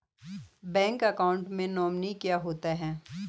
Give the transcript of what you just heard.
Bank account में nominee क्या होता है?